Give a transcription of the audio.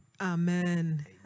Amen